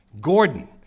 Gordon